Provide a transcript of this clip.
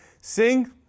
sing